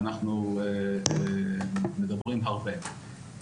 ואנחנו מדברים הרבה,